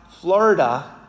Florida